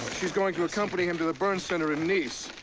she's going to accompany him to the burn center in nice.